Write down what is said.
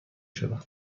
شدم